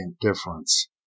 difference